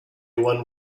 one